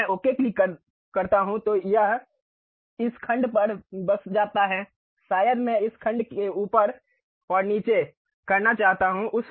यदि मैं okay click करता हूं तो यह इस खंड पर बस जाता है शायद मैं इस खंड को ऊपर और नीचे करना चाहता हूं